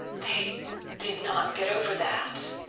they did not get over that?